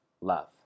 love